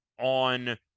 on